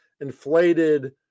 inflated